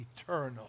eternal